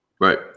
Right